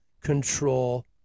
control